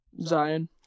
Zion